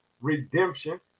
redemption